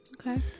Okay